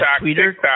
twitter